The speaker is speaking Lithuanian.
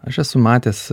aš esu matęs